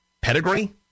Pedigree